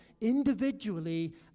individually